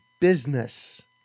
business